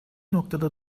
noktada